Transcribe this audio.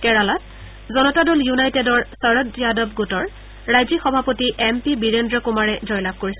কেৰেলাত জনতা দল ইউনাইটেডৰ শৰদ যাদৱ গোটৰ ৰাজ্যিক সভাপতি এম পি বিৰেদ্ৰ কুমাৰে জয়লাভ কৰিছে